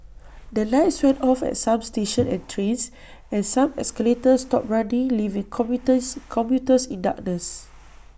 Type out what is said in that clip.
the lights went off at some stations and trains and some escalators stopped running leaving commuters commuters in darkness